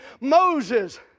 Moses